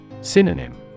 Synonym